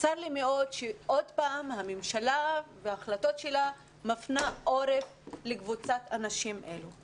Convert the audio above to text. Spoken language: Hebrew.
צר לי מאוד שעוד פעם הממשלה בהחלטות שלה מפנה עורף לקבוצת אנשים אלה.